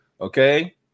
okay